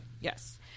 Yes